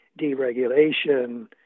deregulation